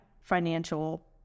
financial